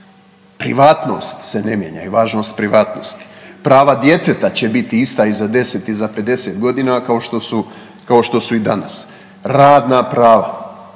privatnost se ne mijenja i važnost privatnosti. Prava djeteta će biti ista i za 10 i za 50.g. kao što su, kao što su i danas, radna prava,